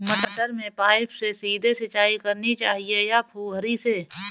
मटर में पाइप से सीधे सिंचाई करनी चाहिए या फुहरी से?